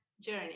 journey